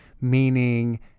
meaning